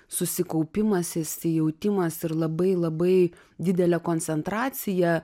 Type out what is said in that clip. susikaupimas įsijautimas ir labai labai didelė koncentracija